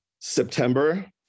September